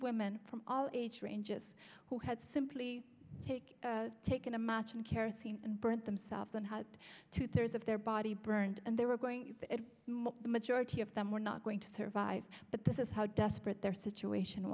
women from all age ranges who had simply take taken a match in kerosene and burnt themselves and had two thirds of their body burned and they were going the majority of them were not going to survive but this is how desperate their situation